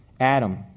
Adam